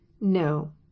No